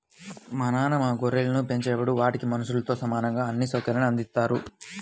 మా నాన్న మా గొర్రెలను పెంచేటప్పుడు వాటికి మనుషులతో సమానంగా అన్ని సౌకర్యాల్ని అందిత్తారు